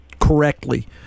correctly